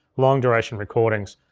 long duration recordings.